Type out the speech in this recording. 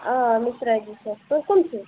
آ مِسرا جی چھَس تُہۍ کٕم چھُو